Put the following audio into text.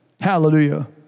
Hallelujah